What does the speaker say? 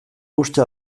uste